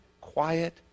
quiet